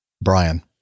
Brian